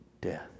death